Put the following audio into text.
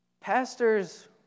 pastors